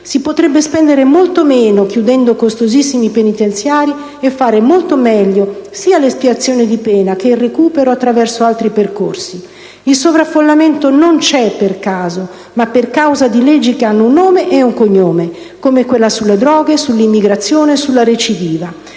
Si potrebbe spendere molto meno chiudendo costosissimi penitenziari e garantire molto meglio sia l'espiazione della pena, che il recupero attraverso altri percorsi. II sovraffollamento non c'è per caso, ma per causa di leggi che hanno un nome ed un cognome, come quelle sulle droghe, sull'immigrazione e sulla recidiva.